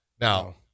Now